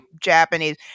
Japanese